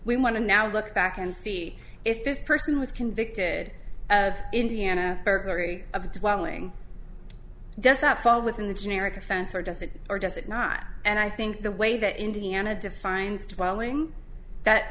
we want to now look back and see if this person was convicted of indiana burglary of a dwelling does that fall within the generic offense or does it or does it not and i think the way that indiana defines dwelling that